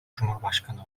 cumhurbaşkanı